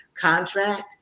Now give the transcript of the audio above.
contract